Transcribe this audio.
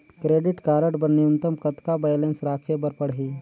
Credit card बर न्यूनतम कतका बैलेंस राखे बर पड़ही?